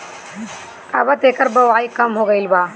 अबत एकर बओई कम हो गईल बा